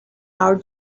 our